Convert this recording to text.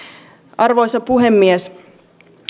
arvoisa puhemies